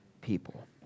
people